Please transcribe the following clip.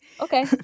Okay